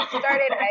started